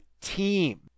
team